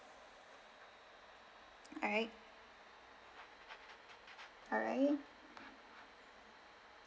alright alright